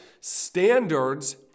Standards